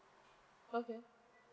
okay